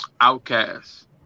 outcast